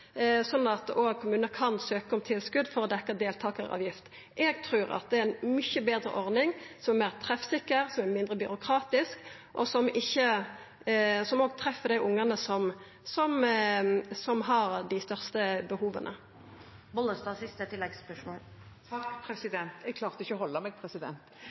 at òg kommunar kan søkja om tilskot for å dekkja deltakaravgift. Eg trur at det er ei mykje betre ordning, som er meir treffsikker, som er mindre byråkratisk, og som òg treffer dei ungane som har dei største behova. Olaug Vervik Bollestad – til siste oppfølgingsspørsmål. Jeg klarte ikke å holde meg.